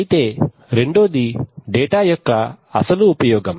అయితే రెండోది డేటా యొక్క అసలు ఉపయోగం